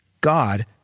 God